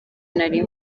nari